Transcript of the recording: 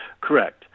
Correct